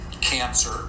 cancer